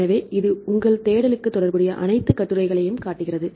எனவே இது உங்கள் தேடலுக்கு தொடர்புடைய அனைத்து கட்டுரைகளையும் காட்டுகிறது